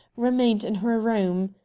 remained in her room.